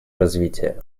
развития